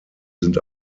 sind